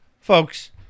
Folks